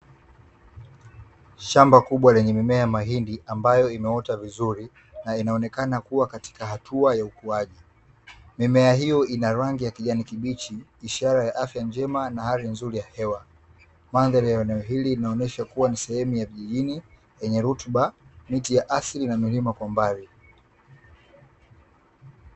Shamba kubwa lenye mimea ya mahindi ambayo imeota vizuri na inaonekana kuwa katika hatua ya ukuaji, mimea hiyo ina rangi ya kijani kibichi ishara ya afya njema na hali nzuri ya hewa. Mandhari ya eneo hili inaonyesha kuwa ni sehemu ya kijijini yenye rutuba miti ya asili na milima kwa mbali.